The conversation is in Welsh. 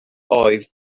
oedd